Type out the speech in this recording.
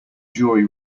jury